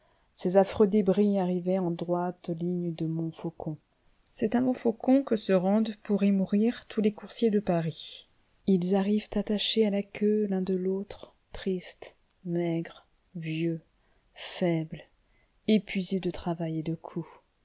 ces affreux débris arrivaient en droite ligne de montfaucon c'est à montfaucon que se rendent pour y mourir tous les coursiers de paris ils arrivent attachés à la queue l'un de l'autre tristes maigres vieux faibles épuisés de travail et de coups